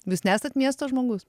jūs nesat miesto žmogus